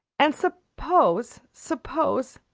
and suppose suppose,